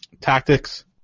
Tactics